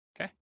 Okay